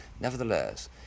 nevertheless